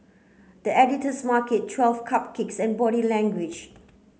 The Editor's Market Twelve Cupcakes and Body Language